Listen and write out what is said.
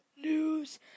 news